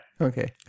Okay